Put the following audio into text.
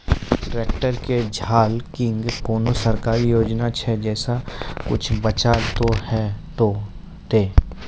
Tractor के झाल किंग कोनो सरकारी योजना छ जैसा कुछ बचा तो है ते?